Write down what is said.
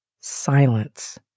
Silence